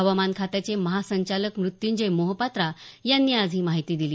हवामान खात्याचे महासंचालक मृत्यूंजय मोहपात्रा यांनी आज ही माहिती दिली